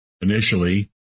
initially